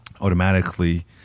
automatically